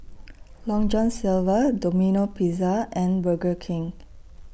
Long John Silver Domino Pizza and Burger King